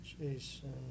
Jason